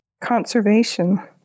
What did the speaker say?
conservation